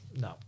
No